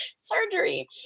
surgery